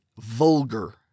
vulgar